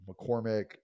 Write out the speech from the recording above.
McCormick